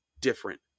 different